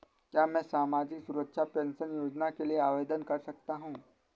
क्या मैं सामाजिक सुरक्षा पेंशन योजना के लिए आवेदन कर सकता हूँ?